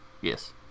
Yes